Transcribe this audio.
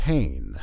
Pain